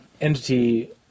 entity